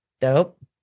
dope